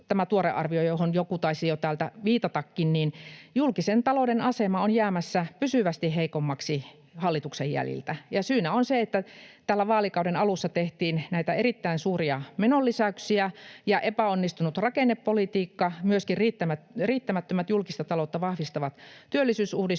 johon joku taisi jo täältä viitatakin, julkisen talouden asema on jäämässä pysyvästi heikommaksi hallituksen jäljiltä. Ja syynä on se, että täällä vaalikauden alussa tehtiin näitä erittäin suuria menonlisäyksiä, ja epäonnistunut rakennepolitiikka — myöskin riittävät julkista taloutta vahvistavat työllisyysuudistukset